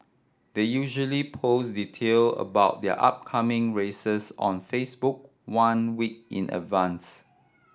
they usually post detail about their upcoming races on Facebook one week in advance